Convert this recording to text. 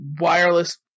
wireless